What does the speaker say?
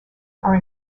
are